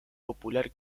popular